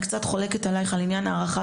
אני חשופה לכל ביקורת של כל הורה,